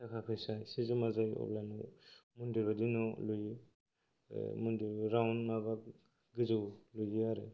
थाखा फैसा एसे जमा जाब्ला अब्लानो मन्दिर बादि न' लुयो मन्दिर राउन्द गोजौ लुयो आरो